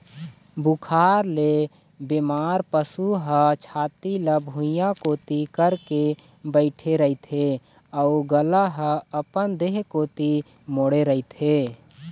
बुखार ले बेमार पशु ह छाती ल भुइंया कोती करके बइठे रहिथे अउ गला ल अपन देह कोती मोड़े रहिथे